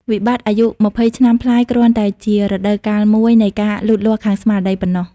វិបត្តិអាយុ២០ឆ្នាំប្លាយគ្រាន់តែជា "រដូវកាលមួយ" នៃការលូតលាស់ខាងស្មារតីប៉ុណ្ណោះ។